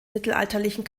mittelalterlichen